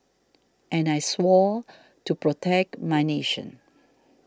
and I swore to protect my nation